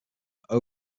coin